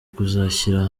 kuzashyira